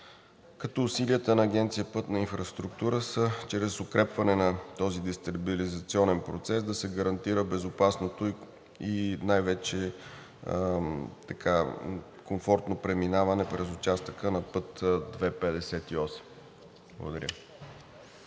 надзор. Усилията на Агенция „Пътна инфраструктура“ са чрез укрепване на този дестабилизационен процес да се гарантира безопасното и най-вече комфортно преминаване през участъка на път II-58. Благодаря.